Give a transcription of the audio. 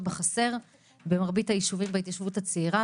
בחסר במרבית היישובים בהתיישבות הצעירה.